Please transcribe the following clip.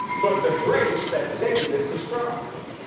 but the grace that david described.